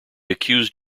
accused